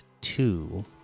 two